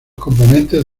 componentes